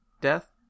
death